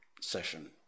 session